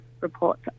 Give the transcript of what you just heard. reports